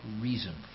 reason